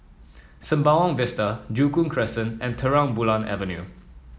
Sembawang Vista Joo Koon Crescent and Terang Bulan Avenue